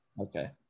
Okay